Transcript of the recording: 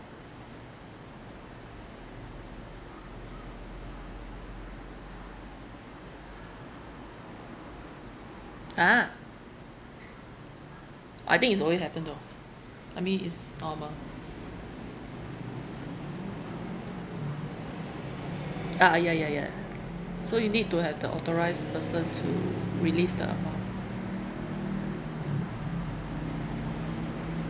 !huh! I think it's alway happen though I mean it's normal uh ya ya ya so you need to have the authorised person to release the amount